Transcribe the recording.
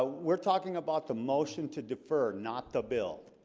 ah we're talking about the motion to defer not the bill